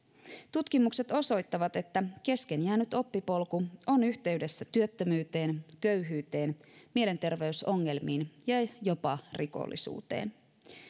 tutkimukset osoittavat että kesken jäänyt oppipolku on yhteydessä työttömyyteen köyhyyteen mielenterveysongelmiin ja jopa rikollisuuteen